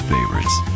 Favorites